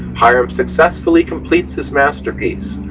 hiram successfully completes his masterpiece,